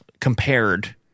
compared